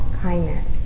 kindness